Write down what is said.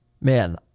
man